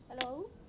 hello